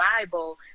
Bible